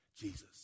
Jesus